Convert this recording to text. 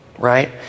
Right